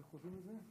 חבריי חברי הכנסת,